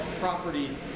property